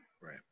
right